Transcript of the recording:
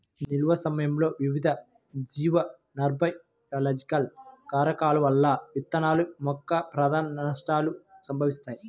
నిల్వ సమయంలో వివిధ జీవ నాన్బయోలాజికల్ కారకాల వల్ల విత్తనాల యొక్క ప్రధాన నష్టాలు సంభవిస్తాయి